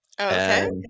okay